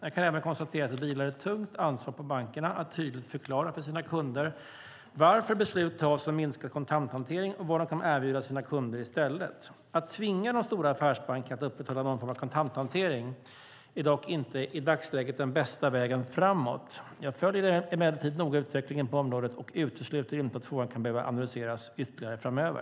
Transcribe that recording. Jag kan även konstatera att det vilar ett tungt ansvar på bankerna att tydligt förklara för sina kunder varför beslut tas om minskad kontanthantering och vad de kan erbjuda sina kunder i stället. Att tvinga de stora affärsbankerna att upprätthålla någon form av kontanthantering är dock inte i dagsläget den bästa vägen framåt. Jag följer emellertid noga utvecklingen på området och utesluter inte att frågan kan behöva analyseras ytterligare framöver.